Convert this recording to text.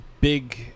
big